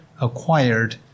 acquired